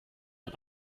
ein